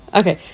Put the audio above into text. okay